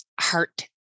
heart